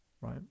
right